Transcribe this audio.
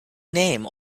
name